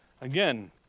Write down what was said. Again